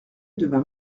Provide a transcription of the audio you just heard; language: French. devint